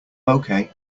okay